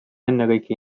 ennekõike